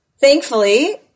Thankfully